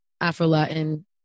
Afro-Latin